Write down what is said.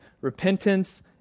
repentance